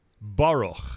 Baruch